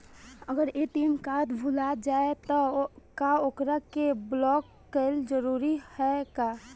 अगर ATM card भूला जाए त का ओकरा के बलौक कैल जरूरी है का?